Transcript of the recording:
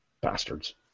Bastards